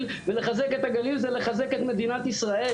ולחזק את הגליל זה לחזק את מדינת ישראל,